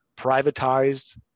privatized